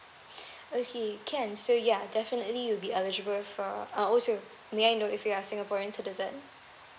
okay can so yeah definitely you'll be eligible for uh also may I know if you are singaporean citizen